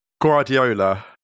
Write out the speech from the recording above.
Guardiola